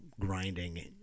grinding